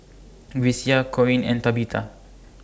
Grecia Coen and Tabitha